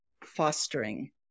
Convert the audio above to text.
fostering